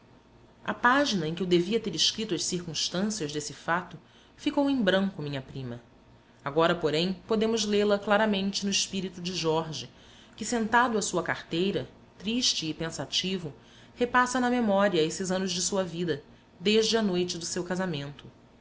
a página em que eu devia ter escrito as circunstâncias desse fato ficou em branco minha prima agora porém podemos lê-la claramente no espírito de jorge que sentado à sua carteira triste e pensativo repassa na memória esses anos de sua vida desde a noite do seu casamento